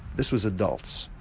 this was adults,